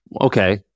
Okay